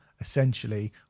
essentially